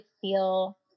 feel